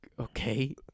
okay